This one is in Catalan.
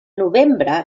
novembre